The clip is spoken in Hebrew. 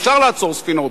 אפשר לעצור ספינות,